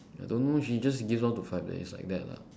I don't know she just gives off the vibe that is like that lah